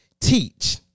teach